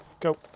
go